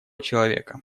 человека